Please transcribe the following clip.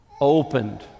opened